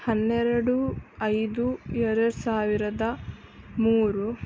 ಹನ್ನೆರಡು ಐದು ಎರಡು ಸಾವಿರದ ಮೂರು